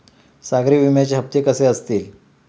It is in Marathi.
सागरी विम्याचे हप्ते कसे असतील?